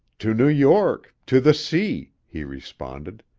to new york to the sea, he responded.